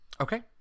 Okay